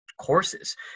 Courses